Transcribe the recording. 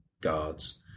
guards